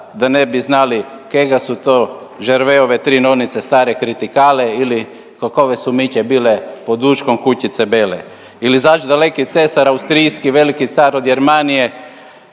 da ne bi znali kega su to žerveove tri nonice stare kritikale ili kokove su miće bile po duškom kućice bele. Ili …/Govornik se ne razumije./… nisu ni